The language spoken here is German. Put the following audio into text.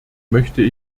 möchte